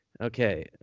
okay